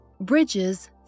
Bridges